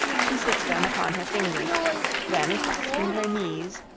she slipped them upon her fingers then clasping her knees,